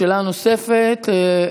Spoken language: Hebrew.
שאלה נוספת.